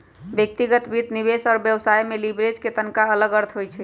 व्यक्तिगत वित्त, निवेश और व्यवसाय में लिवरेज के तनका अलग अर्थ होइ छइ